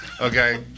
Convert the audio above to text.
Okay